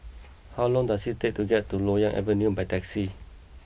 how long does it take to get to Loyang Avenue by taxi